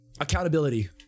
Accountability